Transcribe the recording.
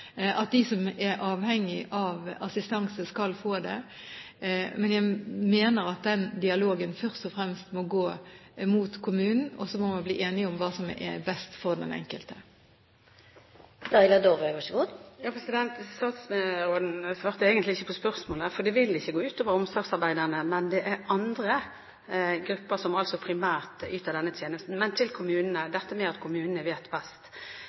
at de som er avhengig av assistanse, skal få det, men jeg mener at den dialogen først og fremst må foregå med kommunen, og så må man bli enige om hva som er best for den enkelte. Statsråden svarte egentlig ikke på spørsmålet. Det vil ikke gå ut over omsorgsarbeiderne, det er andre grupper som primært yter denne tjenesten. Så til kommunene og at kommunene vet best.